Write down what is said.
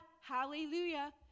Hallelujah